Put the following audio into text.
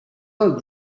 ans